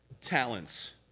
Talents